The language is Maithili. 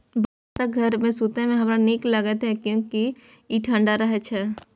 बांसक घर मे सुतै मे हमरा नीक लागैए, कियैकि ई ठंढा रहै छै